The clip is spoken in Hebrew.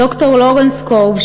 ד"ר לורנס קורב,